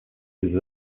des